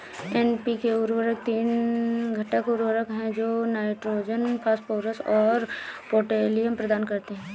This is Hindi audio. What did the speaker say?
एन.पी.के उर्वरक तीन घटक उर्वरक हैं जो नाइट्रोजन, फास्फोरस और पोटेशियम प्रदान करते हैं